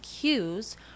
cues